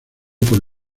por